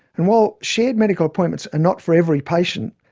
and while shared medical appointments are not for every patient,